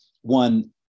one